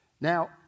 Now